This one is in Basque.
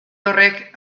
horrek